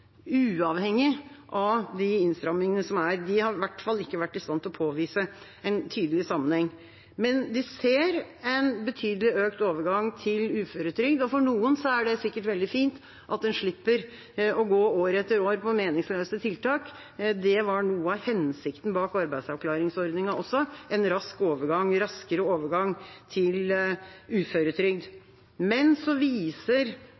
uavhengig av de innstramningene som er. De har i hvert fall ikke vært i stand til å påvise en tydelig sammenheng. Men de ser en betydelig økt overgang til uføretrygd. For noen er det sikkert veldig fint at en slipper å gå år etter år på meningsløse tiltak. Det var noe av hensikten bak arbeidsavklaringsordningen også, en raskere overgang til uføretrygd. Men Arbeid og velferd nr. 2-2020 viser